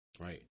Right